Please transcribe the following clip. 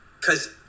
Cause